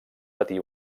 patí